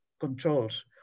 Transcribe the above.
controls